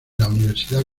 universidad